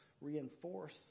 reinforce